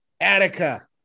Attica